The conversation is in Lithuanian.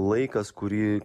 laikas kurį